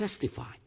testify